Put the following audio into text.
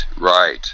right